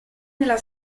nella